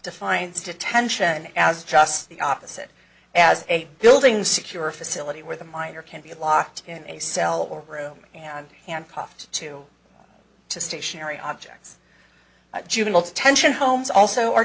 defiance detention as just the opposite as a building secure facility where the minor can be locked in a cell or room and handcuffed to to stationary objects at juvenile detention homes also are